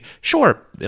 sure